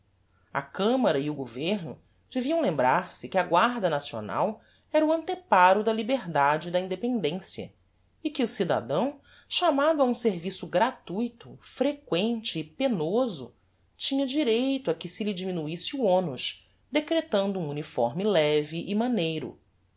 a camara e o governo deviam lembrar-se que a guarda nacional era o anteparo da liberdade e da independencia e que o cidadão chamado a um serviço gratuito frequente e penoso tinha direito a que se lhe diminuisse o onus decretando um uniforme leve e maneiro